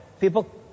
people